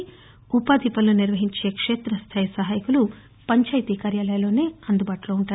ఇందుగానూ ఉ పాధి పనులు నిర్వహించే క్షేతస్థాయి సహాయకులు పంచాయితీ కార్యాలయాల్లోనే అందుబాటులో ఉంటారు